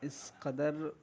اِس قدر